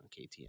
KTM